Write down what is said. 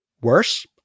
worse